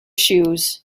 shoes